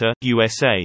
USA